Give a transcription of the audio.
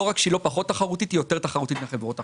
לא רק שהיא לא פחות תחרותית אלא היא יותר תחרותית מחברות אחרות.